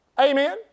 Amen